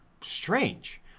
strange